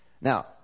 Now